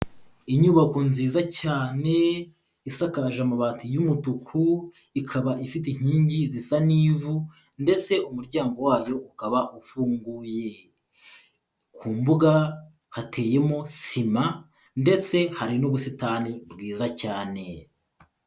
Inyubako nziza cyane isakaje amabati y'umutuku ikaba ifite inkingi zisa n'ivu ndetse umuryango wayo ukaba ufunguye, ku mbuga hateyemo sima ndetse hari n'ubusitani bwiza cyane.